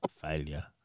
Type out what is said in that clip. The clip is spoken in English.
failure